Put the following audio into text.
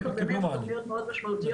אין עלויות משמעותיות,